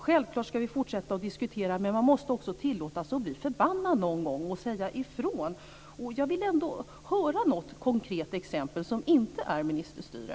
Självklart ska vi fortsätta att diskutera men man måste också någon gång tillåtas bli förbannad och säga ifrån. Jag skulle vilja höra ett konkret exempel där det inte är fråga om ministerstyre.